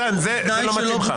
מתן, זה לא מתאים לך.